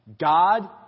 God